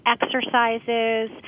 exercises